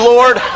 Lord